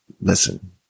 listen